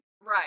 Right